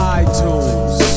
iTunes